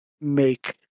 make